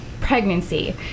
pregnancy